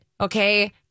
okay